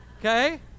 Okay